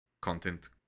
content